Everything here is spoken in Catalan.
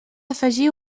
afegir